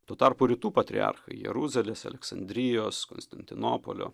tuo tarpu rytų patriarchai jeruzalės aleksandrijos konstantinopolio